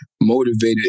motivated